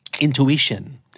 Intuition